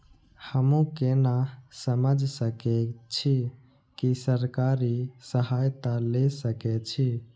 हमू केना समझ सके छी की सरकारी सहायता ले सके छी?